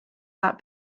that